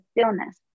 stillness